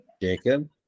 Jacob